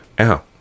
ow